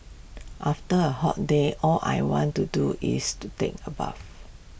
after A hot day all I want to do is to take A bath